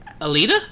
Alita